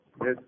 Yes